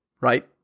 right